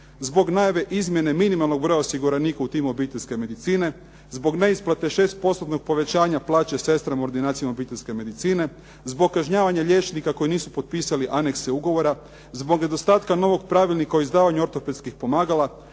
zbog najave izmjene minimalnog broja osiguranika u timu obiteljske medicine, zbog neisplate 6%-tnog povećanja plaće sestrama u ordinacijama obiteljske medicine, zbog kažnjavanja liječnika koji nisu potpisali anekse ugovora, zbog nedostatka novog Pravilnika o izdavanju ortopedskih pomagala,